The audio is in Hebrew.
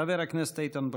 חבר הכנסת איתן ברושי.